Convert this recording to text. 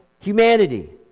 Humanity